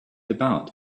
about